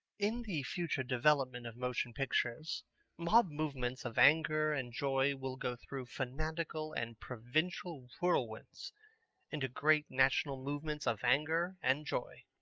in the future development of motion pictures mob-movements of anger and joy will go through fanatical and provincial whirlwinds into great national movements of anger and joy.